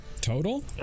Total